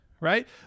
right